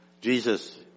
Jesus